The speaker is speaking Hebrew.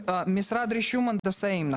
משרד רישום הנדסאים.